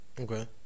Okay